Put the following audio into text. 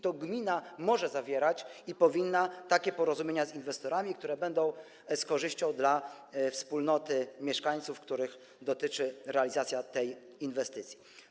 To gmina może i powinna zawierać takie porozumienia z inwestorami, które będą korzystne dla wspólnoty mieszkańców, których dotyczy realizacja tej inwestycji.